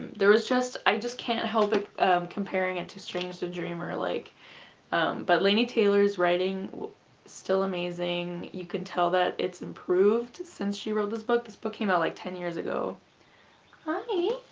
there was just i just can't help but compare it and to strange the dreamer like but laini taylor's writing still amazing, you can tell that it's improved since she wrote this book, this book came out like ten years ago hi